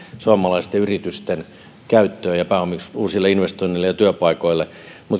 suomalaisten yritysten käyttöön ja pääomiksi uusille investoinneille ja työpaikoille